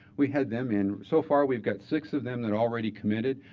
we had them in. so far we've got six of them that already committed.